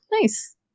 Nice